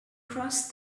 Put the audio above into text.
crossed